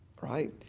right